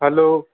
hello